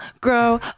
grow